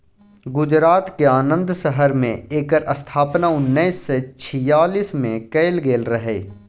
गुजरातक आणंद शहर मे एकर स्थापना उन्नैस सय छियालीस मे कएल गेल रहय